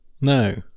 No